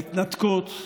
ההתנתקות,